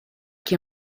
qui